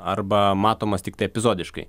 arba matomas tiktai epizodiškai